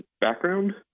Background